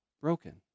broken